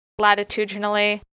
latitudinally